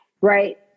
Right